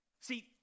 see